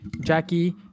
Jackie